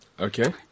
Okay